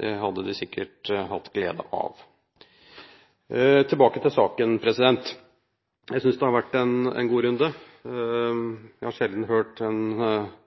Det hadde de sikkert hatt glede av. Tilbake til saken: Jeg synes det har vært en god runde. Jeg har sjelden hørt en